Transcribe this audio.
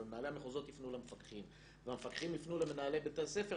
ומנהלי המחוזות יפנו למפקחים והמפקחים יפנו למנהלי בתי הספר,